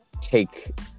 take